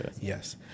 Yes